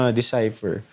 decipher